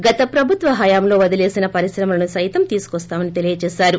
గత ప్రభుత్వ హయాంలో వదిలేసిన పరిశ్రమలను సైతం తీసుకోస్తామని తెలియజేశారు